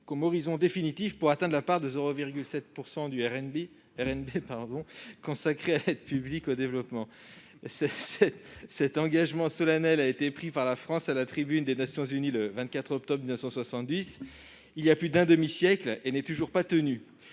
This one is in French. comme horizon définitif pour atteindre la part de 0,7 % du RNB consacrée à l'aide publique au développement. Cet engagement solennel a été pris par la France à la tribune des Nations unies voilà plus d'un demi-siècle, le 24 octobre